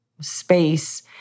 space